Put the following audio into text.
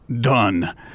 done